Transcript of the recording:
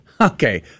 Okay